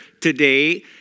today